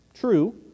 True